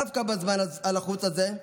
דווקא בזמן הלחוץ הזה,